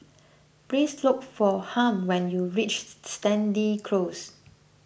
please look for Harm when you reach Stangee Close